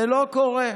זה לא קורה.